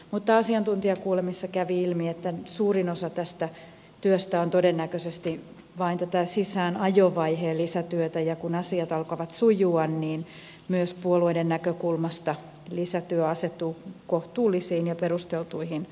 mutta asiantuntijakuulemisessa kävi ilmi että suurin osa tästä työstä on todennäköisesti vain tätä sisäänajovaiheen lisätyötä ja kun asiat alkavat sujua niin myös puolueiden näkökulmasta lisätyö asettuu kohtuullisiin ja perusteltuihin puitteisiin